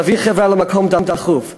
תביא חברה למקום דחוף.